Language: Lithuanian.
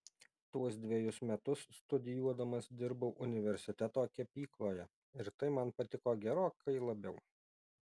tuos dvejus metus studijuodamas dirbau universiteto kepykloje ir tai man patiko gerokai labiau